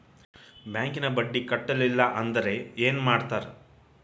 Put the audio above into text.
ಬ್ಯಾಂಕಿನ ಬಡ್ಡಿ ಕಟ್ಟಲಿಲ್ಲ ಅಂದ್ರೆ ಏನ್ ಮಾಡ್ತಾರ?